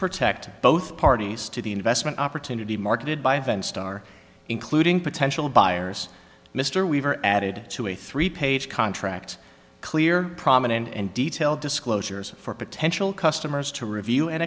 protect both parties to the investment opportunity marketed by event star including potential buyers mr weaver added to a three page contract clear prominent and detailed disclosures for potential customers to review and